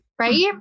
right